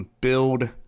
build